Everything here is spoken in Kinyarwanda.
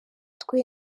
twe